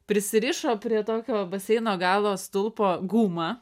prisirišo prie tokio baseino galo stulpo gumą